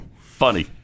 Funny